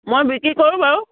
মই বিক্ৰী কৰোঁ বাৰু